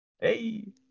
Hey